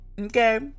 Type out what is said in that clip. Okay